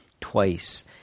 twice